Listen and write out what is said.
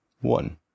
One